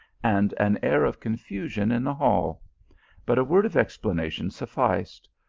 and an air of confusion in the hall but a word of explanation sufficed.